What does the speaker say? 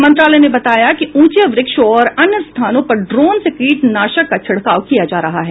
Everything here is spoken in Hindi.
मंत्रालय ने बताया कि उंचे व्रक्षों और अन्य स्थानों पर ड्रोन से कीटनाशक का छिड़काव किया जा रहा है